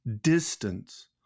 distance